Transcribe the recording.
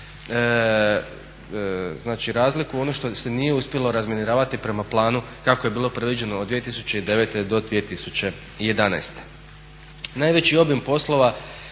razliku onog što se nije uspjelo razminiravati prema planu kako je bilo predviđeno od 2009.-2011. Najveći obim poslova